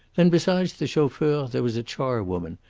then besides the chauffeur there was a charwoman,